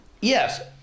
yes